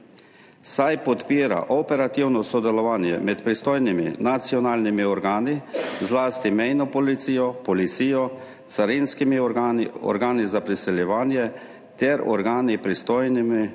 saj podpira operativno sodelovanje med pristojnimi nacionalnimi organi, zlasti mejno policijo, policijo, carinskimi organi, organi za priseljevanje ter organi, pristojnimi